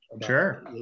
Sure